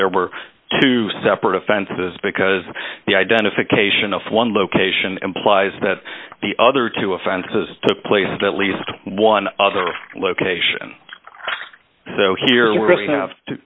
there were two separate offenses because the identification of one location implies that the other two offenses took place at least one other location so here we